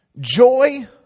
joy